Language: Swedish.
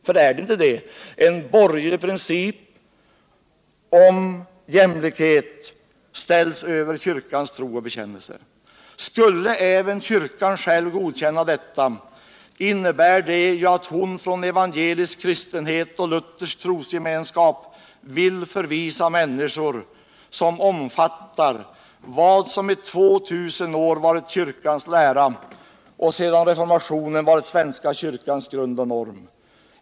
För är det inte så att en borgerlig princip ställs över kyrkans tro och bekännelse? Skulle även kyrkan själv godkänna detta, innebär det ju att hon från cvangelisk kristenhet och luthersk trosgemenskap vill förvisa människor, som omfattar vad som i 2 000 år varit kyrkans lära och sedan reformationen varit svenska kyrkans grund och norm.